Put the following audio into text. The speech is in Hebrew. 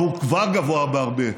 והוא כבר גבוה בהרבה,